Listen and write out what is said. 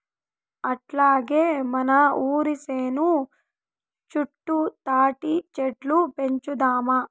అట్టాగే మన ఒరి సేను చుట్టూ తాటిచెట్లు పెంచుదాము